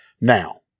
Now